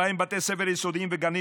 ובהם בתי ספר יסודיים וגנים,